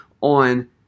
on